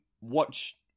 watch